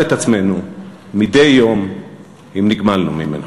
את עצמנו מדי יום אם נגמלנו ממנו.